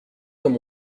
comme